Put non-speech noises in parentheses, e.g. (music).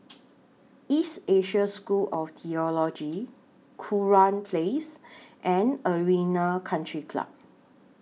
East Asia School of Theology Kurau Place (noise) and Arena Country Club